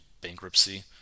bankruptcy